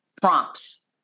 prompts